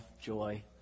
joy